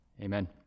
Amen